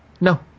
No